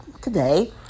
today